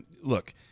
look